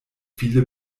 viele